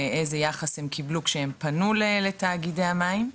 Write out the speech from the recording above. באיזה יחס הם קיבלו כשהם פנו לתאגידי המים,